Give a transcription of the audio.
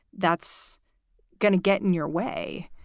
that's going to get in your way.